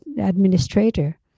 administrator